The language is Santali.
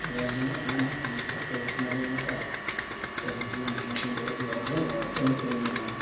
ᱡᱮ ᱟᱹᱞᱤᱧᱟᱜ ᱦᱩᱭᱩᱜ ᱢᱟ ᱟᱹᱞᱤᱧ ᱠᱟᱹᱣᱰᱤ ᱠᱚᱢᱟ ᱞᱤᱧ ᱮᱢ ᱟᱠᱟᱫᱼᱟ ᱟᱹᱞᱤᱧᱟ ᱦᱩᱭᱩᱜ ᱢᱟ ᱚᱱᱟ ᱫᱤᱱ ᱨᱮ ᱟᱹᱰᱤ ᱟᱨᱡᱮᱱᱴ ᱠᱟᱹᱢᱤ ᱛᱟᱹᱞᱤᱧ ᱢᱮᱱᱟᱜᱼᱟ